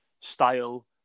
style